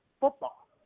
football